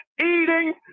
eating